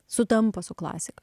sutampa su klasika